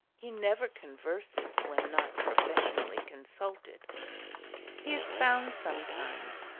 he never converses when not professionally consulted. he is found sometimes,